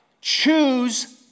Choose